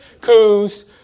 Coos